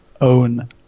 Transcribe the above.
own